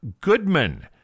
Goodman